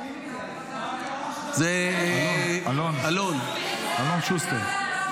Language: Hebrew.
למה זה לא --- השאלה מה זה אומר.